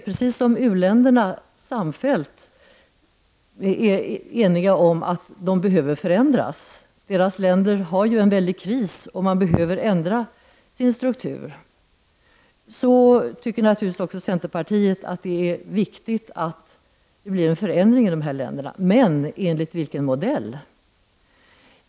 Precis som u-länderna samfällt är eniga om att de behöver förändras — dessa länder är i kris och behöver ändra sin struktur — tycker naturligtvis också centerpartiet att det är viktigt att det blir en förändring, men enligt vilken modell?